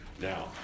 Now